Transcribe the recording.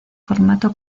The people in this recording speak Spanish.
formato